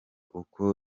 uko